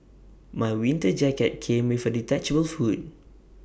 my winter jacket came with A detachable hood